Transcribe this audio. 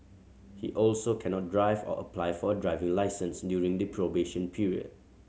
he also cannot drive or apply for a driving licence during the probation period